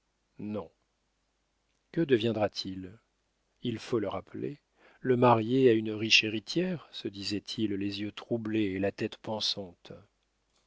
non que deviendra-t-il il faut le rappeler le marier à une riche héritière se disait-il les yeux troublés et la tête pesante